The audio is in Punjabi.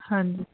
ਹਾਂਜੀ